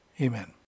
Amen